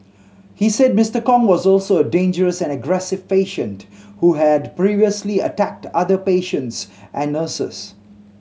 he said Mister Kong was also a dangerous and aggressive patient who had previously attacked other patients and nurses